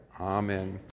Amen